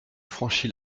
franchit